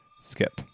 Skip